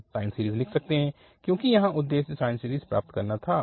हम sine series लिख सकते हैं क्योंकि यहाँ उद्देश्य साइन सीरीज़ प्राप्त करना था